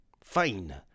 Fine